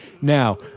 Now